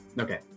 Okay